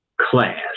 class